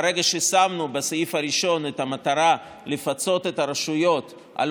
ברגע ששמנו בסעיף הראשון את המטרה לפצות את הרשויות על